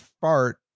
fart